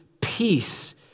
peace